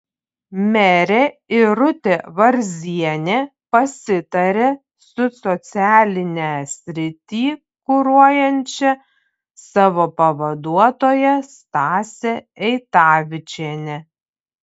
merė irutė varzienė pasitarė su socialinę sritį kuruojančia savo pavaduotoja stase eitavičiene